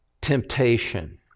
temptation